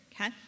okay